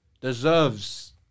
deserves